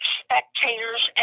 spectators